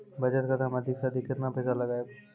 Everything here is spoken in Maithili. बचत खाता मे अधिक से अधिक केतना पैसा लगाय ब?